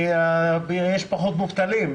כי יש פחות מובטלים.